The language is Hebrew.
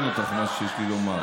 אולי יעניין אותך מה שיש לי לומר.